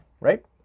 Right